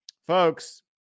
Folks